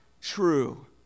true